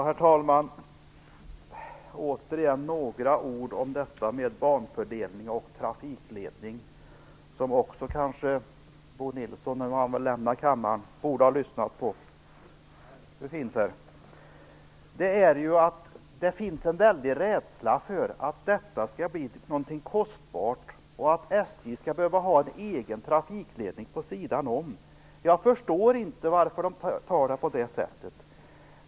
Herr talman! Återigen vill jag säga några ord om detta med banfördelning och trafikledning. Bo Nilsson borde kanske också lyssna på det. Det finns en väldig rädsla för att detta skall bli någonting kostbart och att SJ skall behöva ha en egen trafikledning på sidan om. Jag förstår inte varför man ser det på det sättet.